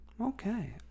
okay